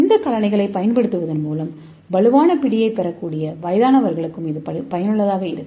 இந்த காலணிகளைப் பயன்படுத்துவதன் மூலம் வலுவான பிடியைப் பெறக்கூடிய வயதானவர்களுக்கும் இது பயனுள்ளதாக இருக்கும்